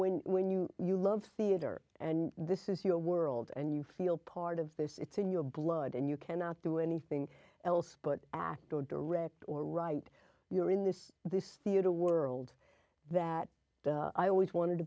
when when you you love theater and this is your world and you feel part of this it's in your blood and you cannot do anything else but act or direct or write you're in this this theater world that i always wanted to